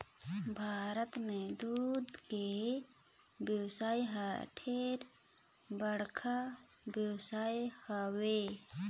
भारत में दूद के बेवसाय हर ढेरे बड़खा बेवसाय हवे